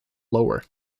lower